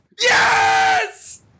Yes